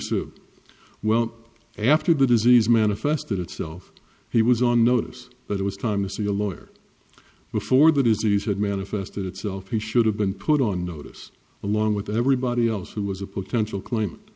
e well after the disease manifested itself he was on notice that it was time to see a lawyer before the disease had manifested itself he should have been put on notice along with everybody else who was a potential client